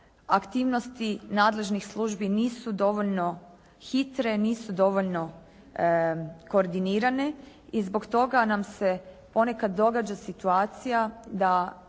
aktivnosti nadležnih službi nisu dovoljno hitre, nisu dovoljno koordinirane i zbog toga nam se ponekad događa situacija da